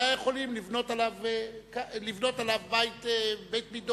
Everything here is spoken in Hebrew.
והיו יכולים לבנות עליו בית מידות.